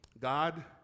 God